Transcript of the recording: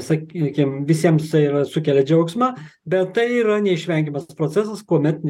sakykim visiems tai yra sukelia džiaugsmą bet tai yra neišvengiamas procesas kuomet